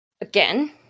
again